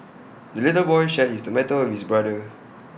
the little boy shared his tomato with his brother